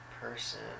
Person